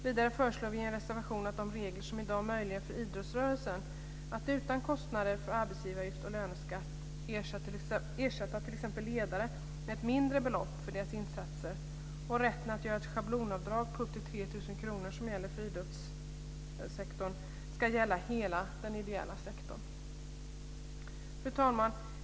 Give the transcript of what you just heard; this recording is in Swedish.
Vidare föreslår vi i en reservation att de regler som i dag möjliggör för idrottsrörelsen att utan kostnader för arbetsgivaravgift och löneskatt ersätta t.ex. ledare med mindre belopp för deras insatser och rätten att göra ett schablonavdrag på upp till 3 000 kr, som gäller för idrottssektorn, ska gälla hela den ideella sektorn. Fru talman!